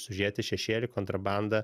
sužiūrėti šešėlį kontrabandą